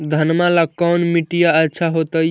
घनमा ला कौन मिट्टियां अच्छा होतई?